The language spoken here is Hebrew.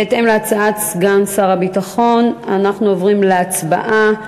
בהתאם להצעת סגן שר הביטחון, אנחנו עוברים להצבעה.